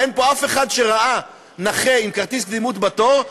ואין פה אף אחד שראה נכה עם כרטיס קדימות בתור.